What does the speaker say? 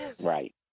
Right